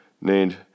named